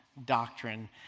doctrine